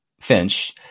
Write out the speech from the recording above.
Finch